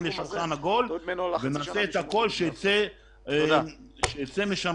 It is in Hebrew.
לשולחן עגול ונעשה את הכול שייצא משם טוב.